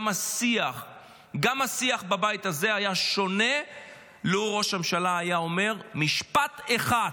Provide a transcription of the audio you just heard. גם השיח בבית הזה היה שונה לו ראש הממשלה היה אומר משפט אחד: